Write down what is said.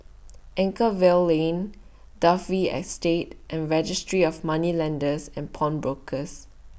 Anchorvale Lane Dalvey Estate and Registry of Moneylenders and Pawnbrokers